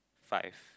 five